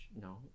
no